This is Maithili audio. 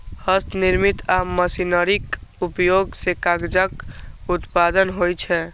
हस्तनिर्मित आ मशीनरीक उपयोग सं कागजक उत्पादन होइ छै